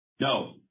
No